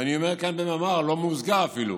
ואני אומר כאן במאמר לא מוסגר אפילו: